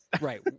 right